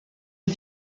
aux